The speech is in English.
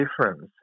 difference